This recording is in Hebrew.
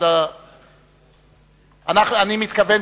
אני מתכוון,